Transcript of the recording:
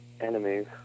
enemies